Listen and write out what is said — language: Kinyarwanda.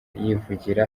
yivugira